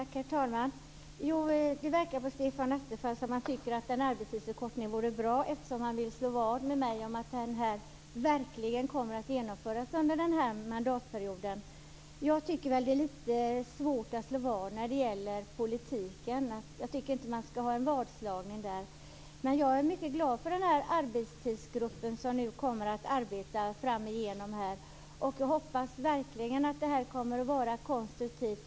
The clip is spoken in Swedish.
Herr talman! Det verkar på Stefan Attefall som om han tycker att en arbetstidsförkortning vore bra eftersom han vill slå vad med mig om att en sådan verkligen kommer att genomföras under den här mandatperioden. Jag tycker väl att det är lite svårt att slå vad när det gäller politik. Jag tycker inte att man skall ha en vadslagning där. Jag är mycket glad för arbetstidsgruppen, som nu kommer att arbeta framöver, och jag hoppas verkligen att det kommer att vara konstruktivt.